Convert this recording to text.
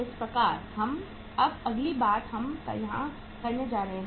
इस प्रकार अब अगली बात हम यहां करने जा रहे हैं